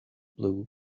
blue